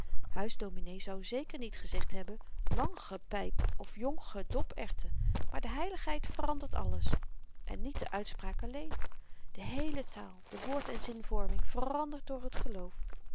huisdominee zou zeker niet gezegd hebben lanche pyp of jonche doperwten maar de heiligheid verandert alles en niet de uitspraak alleen de heele taal de woorden zinvorming verandert door t geloof